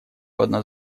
одна